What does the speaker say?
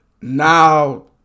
now